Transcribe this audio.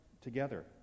together